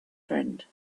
friend